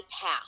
path